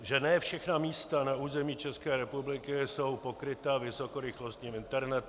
Že ne všechna místa na území České republiky jsou pokryta vysokorychlostním internetem...